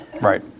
Right